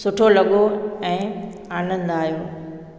सुठो लॻियो ऐं आनंदु आहियो